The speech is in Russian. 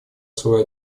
свой